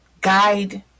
guide